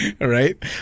right